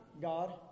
God